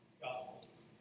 Gospels